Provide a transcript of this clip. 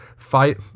fight